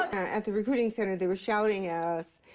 at the recruiting center, they were shouting at us,